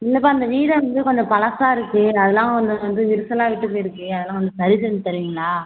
இல்லைப்பா இந்த வீடை வந்து கொஞ்சம் பழசாக இருக்கு நல்லா வந்து வந்து விரிசலாக விட்டுப் போயிடுச்சு அதெல்லாம் கொஞ்சம் சரி செஞ்சு தருவீங்களா